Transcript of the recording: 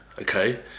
okay